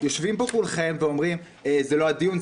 יושבים פה כולכם ואומרים: זה לא הדיון,